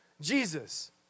Jesus